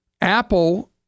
Apple